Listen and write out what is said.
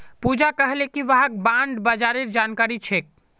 पूजा कहले कि वहाक बॉण्ड बाजारेर बार जानकारी छेक